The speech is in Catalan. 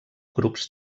grups